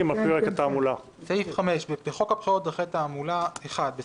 תתחיל לקבוע קידום אתרים יהיה כך וכך,